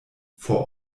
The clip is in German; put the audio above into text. vor